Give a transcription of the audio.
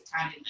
time